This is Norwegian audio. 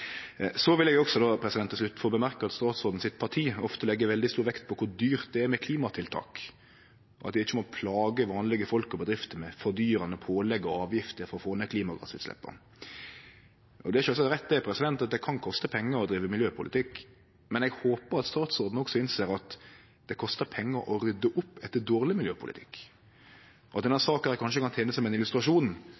eg er viktig. Eg vil til slutt få seie at partiet til statsråden ofte legg veldig stor vekt på kor dyrt det er med klimatiltak, og at ein ikkje må plage vanlege folk og bedrifter med fordyrande pålegg og avgifter for å få ned klimagassutsleppa. Det er sjølvsagt rett at det kan koste pengar å drive miljøpolitikk. Eg håpar at statsråden også innser at det kostar pengar å rydje opp etter dårleg miljøpolitikk, og at denne